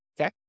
Okay